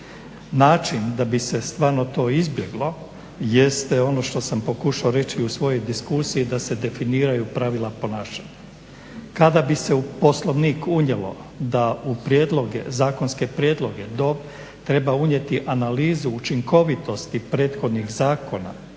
Način da bi se stvarno to izbjeglo jeste ono što sam pokušao reći u svojoj diskusiji da se definiraju pravila ponašanja. Kada bi se u Poslovnik unijelo da u prijedloge, zakonske prijedloge treba unijeti analizu učinkovitosti prethodnih zakona